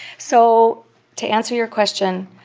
so to answer your question,